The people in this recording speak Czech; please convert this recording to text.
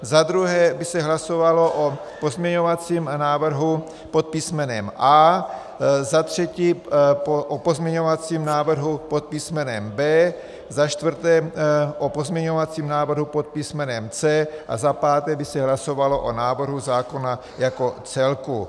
Za druhé by se hlasovalo o pozměňovacím návrhu pod písmenem A, za třetí o pozměňovacím návrhu pod písmenem B, za čtvrté o pozměňovacím návrhu pod písmenem C a za páté by se hlasovalo o návrhu zákona jako celku.